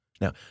Now